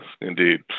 indeed